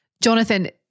Jonathan